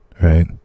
right